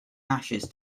ashes